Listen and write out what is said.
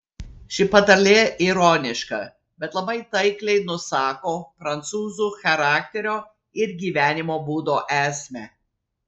ši patarlė ironiška bet labai taikliai nusako prancūzų charakterio ir gyvenimo būdo esmę